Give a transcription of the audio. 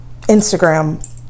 Instagram